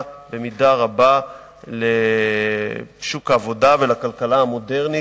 במידה רבה לשוק העבודה ולכלכלה המודרנית,